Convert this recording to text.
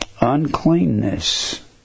uncleanness